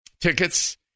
tickets